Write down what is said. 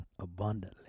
Abundantly